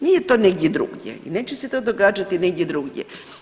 Nije to negdje drugdje i neće se događati negdje drugdje.